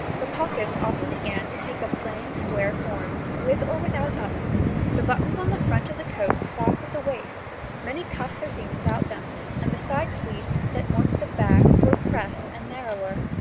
the pockets often began to take a plain square form, with or without buttons the buttons on the front of the coat stopped at the waist many cuffs are seen without them and the side pleats, set more to the back, were pressed and narrower.